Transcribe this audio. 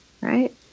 right